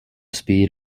speed